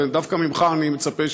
ודווקא ממך אני מצפה,